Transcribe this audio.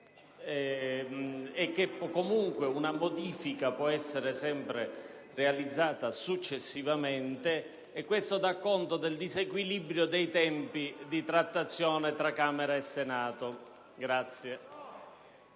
e che comunque una modifica può essere sempre realizzata successivamente; questo peraltro dà conto del disequilibrio dei tempi di trattazione tra Camera e Senato. LUSI